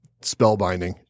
spellbinding